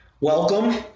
welcome